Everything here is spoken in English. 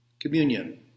Communion